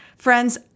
Friends